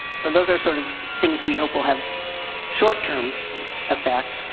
so, those are sort of things we hope will have short term effects.